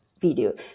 video